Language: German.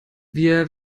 wir